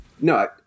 No